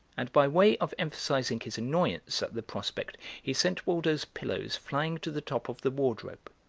and by way of emphasising his annoyance at the prospect he sent waldo's pillows flying to the top of the wardrobe.